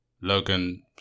Logan